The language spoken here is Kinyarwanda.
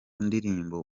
ndirimbo